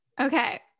okay